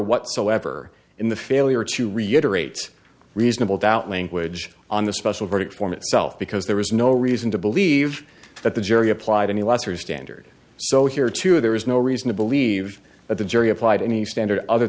whatsoever in the failure to reiterate reasonable doubt language on the special verdict form itself because there was no reason to believe that the jury applied any lesser standard so here too there is no reason to believe that the jury applied any standard other